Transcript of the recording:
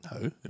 No